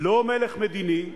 לא מלך מדיני,